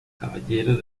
caballero